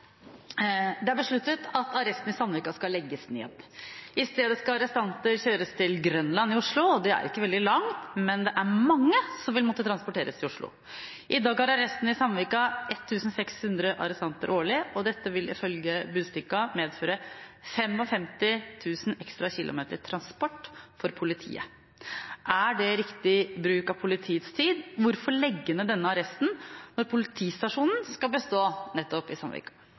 Grønland i Oslo. Det er ikke veldig langt, men det er mange som vil måtte transporteres til Oslo. I dag har arresten i Sandvika 1 600 arrestanter årlig, og dette vil ifølge Budstikka medføre 55 000 ekstra kilometer transport for politiet. Er det riktig bruk av politiets tid, og hvorfor legge ned denne arresten når politistasjonen skal bestå nettopp i Sandvika?»